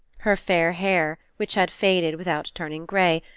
her fair hair, which had faded without turning grey,